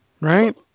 right